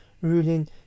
ruling